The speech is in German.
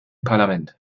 parlament